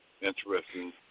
interesting